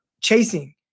chasing